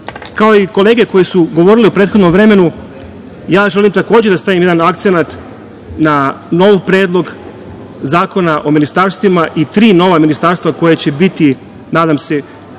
i kolege koje su govorile u prethodnom vremenu, ja želim takođe da stavim jedan akcenat na nov Predlog zakona o ministarstvima i tri nova ministarstva koja će biti, nadam se,